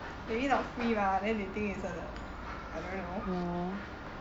maybe not free mah then they think is err I don't know